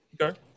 Okay